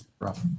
rough